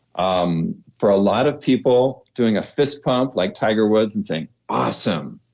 um for a lot of people, doing a fist pump like tiger woods and saying awesome,